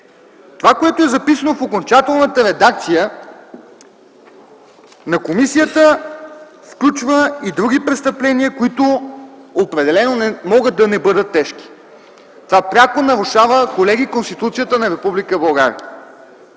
Това, което е записано в окончателната редакция на комисията, включва и други престъпления, които определено могат да не бъдат тежки. Това пряко нарушава Конституцията на